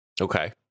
okay